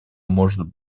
может